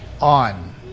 on